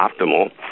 optimal